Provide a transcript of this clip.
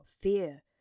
fear